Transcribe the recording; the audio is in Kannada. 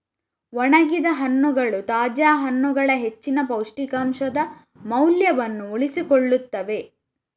ಒಣಗಿದ ಹಣ್ಣುಗಳು ತಾಜಾ ಹಣ್ಣುಗಳ ಹೆಚ್ಚಿನ ಪೌಷ್ಟಿಕಾಂಶದ ಮೌಲ್ಯವನ್ನು ಉಳಿಸಿಕೊಳ್ಳುತ್ತವೆ